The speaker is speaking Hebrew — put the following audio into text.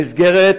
במסגרת